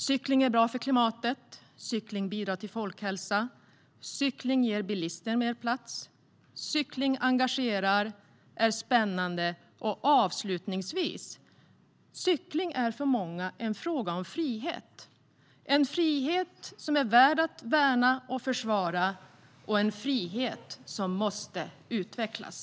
Cykling är bra för klimatet. Cykling bidrar till folkhälsa. Cykling ger bilister mer plats Cykling engagerar och är spännande. Och avslutningsvis: Cykling är för många en fråga om frihet - en frihet som är värd att värna och försvara och en frihet som måste utvecklas.